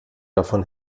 davon